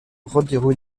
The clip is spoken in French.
rodrigo